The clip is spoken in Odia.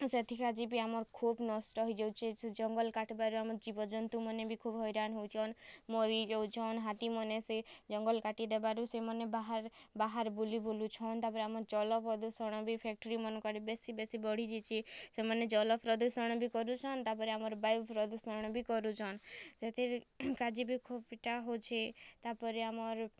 ସେଥିର୍କାଜି ବି ଆମର୍ ଖୋବ୍ ନଷ୍ଟ୍ ହେଇଯାଉଚେ ସେ ଜଙ୍ଗଲ୍ କାଟ୍ବାର୍ ଆମ ଜୀବଜନ୍ତୁମାନେ ବି ଖୋବ୍ ହଇରାଣ୍ ହଉଛନ୍ ମରି ଯାଉଛନ୍ ହାତୀମନେ ସେ ଜଙ୍ଗଲ୍ କାଟିଦେବାରୁ ସେମାନେ ବାହାର୍ ବାହାର୍ ବୁଲି ବୁଲୁ ଛନ୍ ତାପରେ ଆମ ଜଲ୍ ପଦୂଷଣ ବି ଫେକଟ୍ରିମାନ୍କରେ ବେଶୀ ବେଶୀ ବଢ଼ି ଯାଇଛେ ସେମାନେ ଜଲ୍ ପ୍ରଦୂଷଣ୍ ବି କରୁଛନ୍ ତାପରେ ଆମର୍ ବାୟୁ ପ୍ରଦୂଷଣ୍ ବି କରୁଛନ୍ ସେଥିର୍ କାଜି ବି ଖୁବ୍ ଇଟା ହୋଉଛେ ତାପରେ ଆମର୍